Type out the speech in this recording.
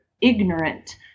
ignorant